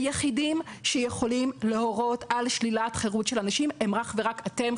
היחידים שיכולים להורות על שלילת חירות של אנשים הם אך ורק אתם,